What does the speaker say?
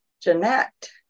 jeanette